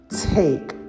take